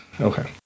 Okay